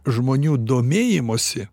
žmonių domėjimosi